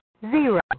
Zero